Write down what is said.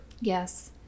yes